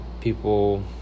People